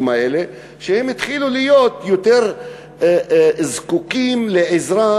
האלה הוא שהם התחילו להיות יותר זקוקים לעזרה,